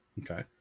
Okay